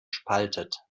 spaltet